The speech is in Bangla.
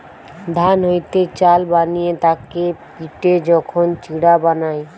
ধান হইতে চাল বানিয়ে তাকে পিটে যখন চিড়া বানায়